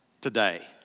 today